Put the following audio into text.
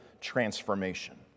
transformation